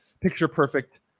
picture-perfect